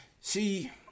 See